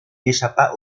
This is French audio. échappa